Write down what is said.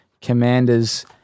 Commanders